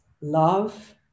love